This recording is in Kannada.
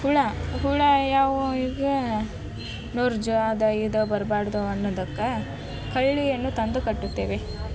ಹುಳ ಹುಳ ಯಾವು ಈಗ ನೊರ್ಜು ಅದು ಇದು ಬರಬಾರ್ದು ಅನ್ನೋದಕ್ಕೆ ಕಳ್ಳಿಯನ್ನು ತಂದು ಕಟ್ಟುತ್ತೇವೆ